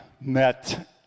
met